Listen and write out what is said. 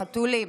חתולים.